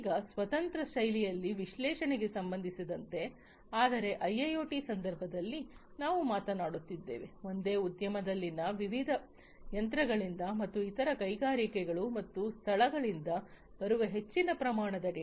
ಈಗ ಸ್ವತಂತ್ರ ಶೈಲಿಯಲ್ಲಿ ವಿಶ್ಲೇಷಣೆಗೆ ಸಂಬಂಧಿಸಿದಂತೆ ಆದರೆ ಐಐಒಟಿಯ ಸಂದರ್ಭದಲ್ಲಿ ನಾವು ಮಾತನಾಡುತ್ತಿದ್ದೇವೆ ಒಂದೇ ಉದ್ಯಮದಲ್ಲಿನ ವಿವಿಧ ಯಂತ್ರಗಳಿಂದ ಮತ್ತು ಇತರ ಕೈಗಾರಿಕೆಗಳು ಮತ್ತು ಸ್ಥಳಗಳಿಂದ ಬರುವ ಹೆಚ್ಚಿನ ಪ್ರಮಾಣದ ಡೇಟಾ